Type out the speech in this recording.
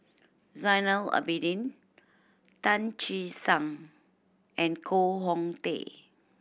Zainal Abidin Tan Che Sang and Koh Hong Teng